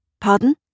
Pardon